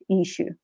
issue